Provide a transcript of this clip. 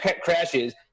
crashes